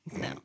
no